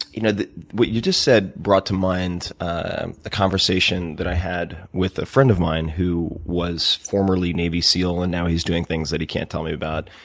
you know the what you just said brought to mind and a conversation that i had with a friend of mine who was formerly navy seal, and now he's doing things that he can't tell me about.